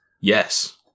Yes